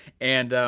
and